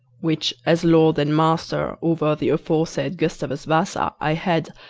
which, as lord and master over the aforesaid gustavus vassa, i had,